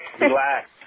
Relax